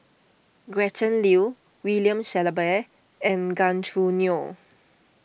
Gretchen Liu William Shellabear and Gan Choo Neo